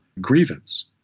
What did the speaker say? grievance